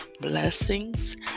blessings